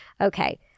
Okay